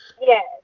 Yes